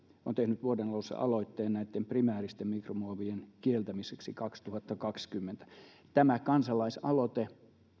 on tehnyt vuoden alussa aloitteen näitten primääristen mikromuovien kieltämiseksi kaksituhattakaksikymmentä tämä kansalaisaloite